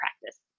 practice